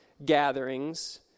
Gatherings